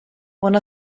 one